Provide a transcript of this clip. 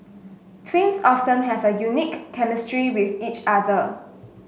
twins often have a unique chemistry with each other